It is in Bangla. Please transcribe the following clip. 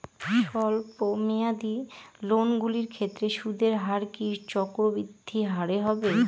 স্বল্প মেয়াদী লোনগুলির ক্ষেত্রে সুদের হার কি চক্রবৃদ্ধি হারে হবে?